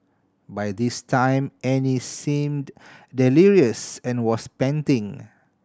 by this time Annie seemed delirious and was panting